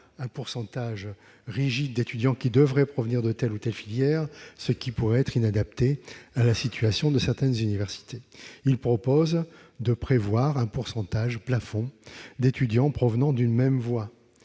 un pourcentage rigide d'étudiants qui devraient provenir de telle ou telle filière, ce qui pourrait être inadapté à la situation de certaines universités, mais à prévoir un pourcentage plafond d'étudiants provenant d'une même voie.